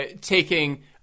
taking